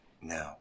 No